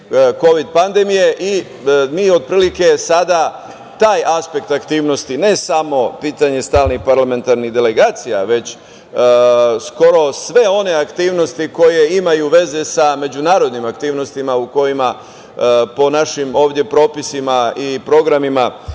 kovid pandemije. Mi otprilike sada taj aspekt aktivnosti, ne samo pitanje stalnih parlamentarnih delegacija, već skoro sve one aktivnosti koje imaju veze sa međunarodnim aktivnostima u kojima po našim ovde propisima i programima